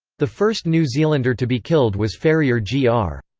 the first new zealander to be killed was farrier g r.